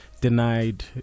denied